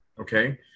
Okay